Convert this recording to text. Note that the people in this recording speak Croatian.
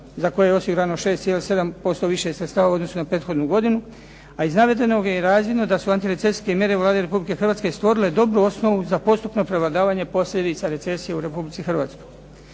za koje je osigurano 6,7% više sredstava u odnosu na prethodnu godinu a iz navedenog je i razvidno da su antirecesijske mjere Vlade Republike Hrvatske stvorile dobru osnovu za postupno prevladavanje posljedica recesije u Republici Hrvatskoj.